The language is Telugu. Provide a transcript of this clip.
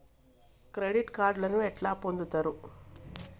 క్రెడిట్ కార్డులను ఎట్లా పొందుతరు?